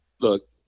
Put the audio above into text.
look